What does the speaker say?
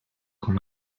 con